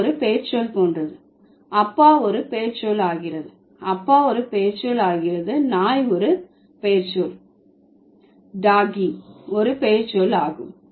இது ஒரு பெயர்ச்சொல் போன்றது அப்பா ஒரு பெயர்ச்சொல் ஆகிறது அப்பா ஒரு பெயர்ச்சொல் ஆகிறது நாய் ஒரு பெயர்ச்சொல் நாய்டாகீ ஒரு பெயர்ச்சொல் ஆகும்